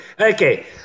Okay